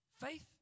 Faith